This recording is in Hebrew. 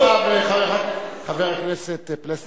חבר הכנסת פלסנר,